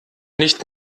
nicht